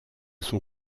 son